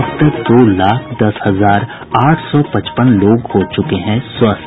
अब तक दो लाख दस हजार आठ सौ पचपन लोग हो चुके हैं स्वस्थ